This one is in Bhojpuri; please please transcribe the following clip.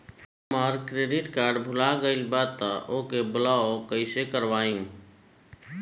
हमार क्रेडिट कार्ड भुला गएल बा त ओके ब्लॉक कइसे करवाई?